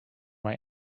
why